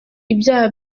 ibyaha